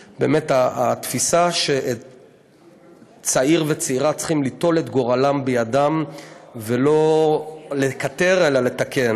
התפיסה שצעיר וצעירה צריכים ליטול את גורלם בידם ולא לקטר אלא לתקן,